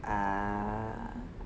ah